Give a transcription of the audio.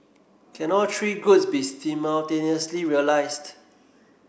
can all three goods be simultaneously realised